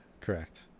correct